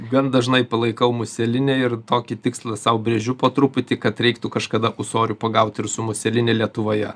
gan dažnai palaikau muselinę ir tokį tikslą sau brėžiu po truputį kad reiktų kažkada ūsorių pagaut ir su museline lietuvoje